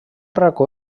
racó